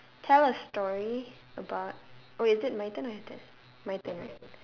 tell a story about oh is it my turn or your turn my turn right